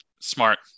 Smart